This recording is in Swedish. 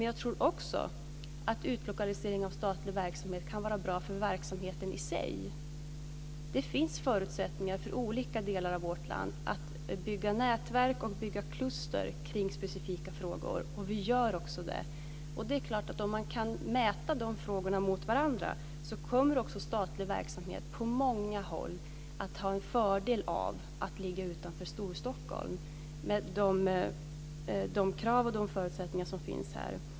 Jag tror också att utlokalisering av statlig verksamhet kan vara bra för verksamheten i sig. Det finns förutsättningar för olika delar av vårt land att bygga nätverk och kluster kring specifika frågor. Vi gör också detta. Om man kan mäta de frågorna mot varandra, kommer också statlig verksamhet i många fall att ha en fördel av att ligga utanför Storstockholm med de krav och de förutsättningar som finns här.